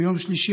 ביום שלישי,